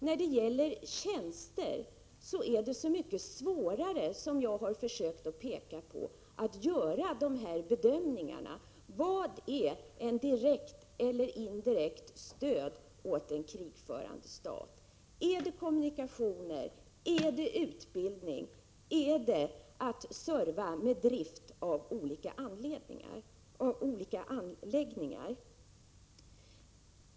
När det gäller tjänster är det så mycket svårare — som jag har försökt peka på — att göra dessa bedömningar. Vad är ett direkt eller indirekt stöd åt en krigförande stat? Är det fråga om kommunikationer, är det fråga om utbildning, eller är det fråga om att serva med drift av olika anläggningar?